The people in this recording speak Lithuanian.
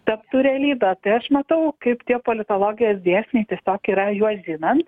taptų realybe tai aš matau kaip tie politologijos dėsniai tiesiog yra juos žinant